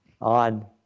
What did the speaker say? on